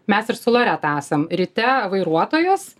mes ir su loreta esam ryte vairuotojos